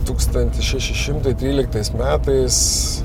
tūkstantis šeši šimtai tryliktais metais